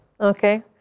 Okay